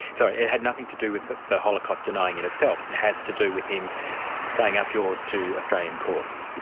so it had nothing to do with the the holocaust denying in itself, it has to do with him saying up yours, to australian courts?